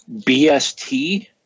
BST